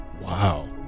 Wow